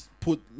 put